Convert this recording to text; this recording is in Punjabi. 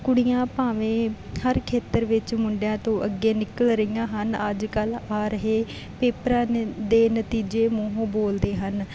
ਕੁੜੀਆਂ ਭਾਵੇਂ ਹਰ ਖੇਤਰ ਵਿੱਚ ਮੁੰਡਿਆਂ ਤੋਂ ਅੱਗੇ ਨਿਕਲ ਰਹੀਆਂ ਹਨ ਅੱਜ ਕੱਲ੍ਹ ਆ ਰਹੇ ਪੇਪਰਾਂ ਨੇ ਦੇ ਨਤੀਜੇ ਮੂੰਹੋਂ ਬੋਲਦੇ ਹਨ